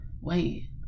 wait